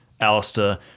Alistair